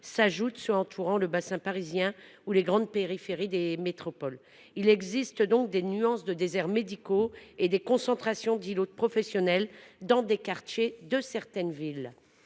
s’ajoutent ceux qui entourent le bassin parisien ou les grandes périphéries des métropoles. Il existe donc des nuances de déserts médicaux et des concentrations d’îlots de professionnels dans certains quartiers de certaines villes.